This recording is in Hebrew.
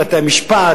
בתי-המשפט,